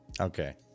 Okay